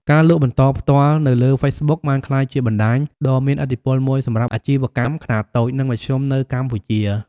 ការលក់បន្តផ្ទាល់នៅលើ Facebook បានក្លាយជាបណ្តាញដ៏មានឥទ្ធិពលមួយសម្រាប់អាជីវកម្មខ្នាតតូច និងមធ្យមនៅកម្ពុជា។